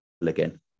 again